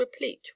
replete